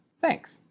Thanks